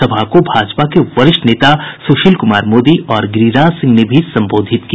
सभा को भाजपा के वरिष्ठ नेता सुशील कुमार मोदी और गिरिराज सिंह ने भी संबोधित किया